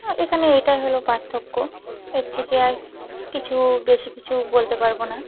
এখানে এটাই হলো পার্থক্য এর থেকে আর কিছু বেশি কিছু বলতে পারব না